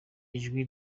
ijwi